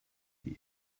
die